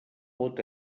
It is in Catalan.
pot